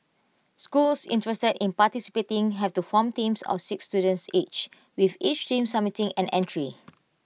schools interested in participating have to form teams of six students each with each team submitting an entry